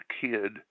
kid